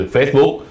Facebook